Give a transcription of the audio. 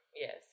Yes